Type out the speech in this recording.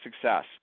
success